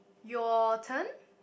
your turn